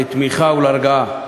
לתמיכה ולהרגעה.